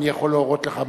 אני יכול להורות לך,